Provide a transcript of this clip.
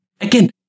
Again